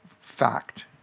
fact